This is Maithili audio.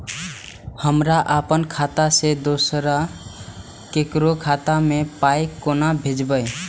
हमरा आपन खाता से दोसर ककरो खाता मे पाय कोना भेजबै?